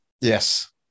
Yes